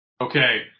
Okay